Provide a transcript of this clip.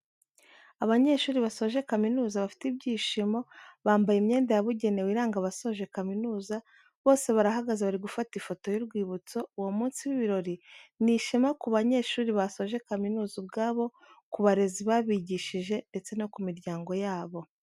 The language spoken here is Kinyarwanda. Abanyeshuri basoje kaminuza bafite ibyishimo, bambaye imyenda yabugenewe iranga abasoje kaminuza, bose barahagaze bari gufata ifoto y'urwibutso, uwo munsi w'ibirori ni ishema ku banyeshuri basoje kaminuza ubwabo, ku barezi babigishije ndetse no ku miryango yabo.